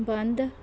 ਬੰਦ